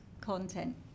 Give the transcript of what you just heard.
content